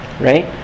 right